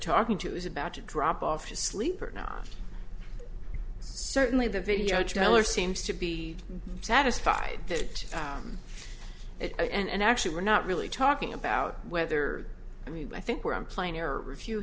talking to is about to drop off to sleep or not certainly the video trailer seems to be satisfied that it and actually we're not really talking about whether i mean i think we're on plan or review